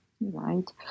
right